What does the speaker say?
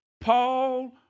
Paul